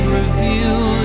reveal